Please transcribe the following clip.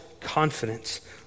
confidence